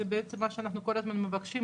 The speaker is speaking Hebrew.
זה בעצם מה שאנחנו כל הזמן מבקשים,